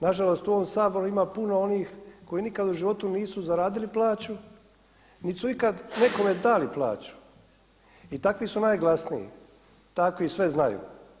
Nažalost u ovom Saboru ima puno onih koji nikada u životu nisu zaradili plaću, niti su ikada nekome dali plaću i takvi su najglasniji, takvi sve znaju.